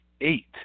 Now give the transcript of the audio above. eight